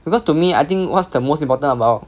because to me I think what's the most important about